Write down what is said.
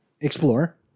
Explore